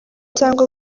cyangwa